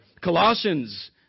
Colossians